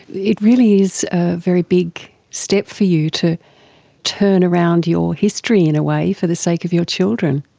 it really is a very big step for you, to turn around your history, in a way, for the sake of your children.